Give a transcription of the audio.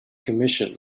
commission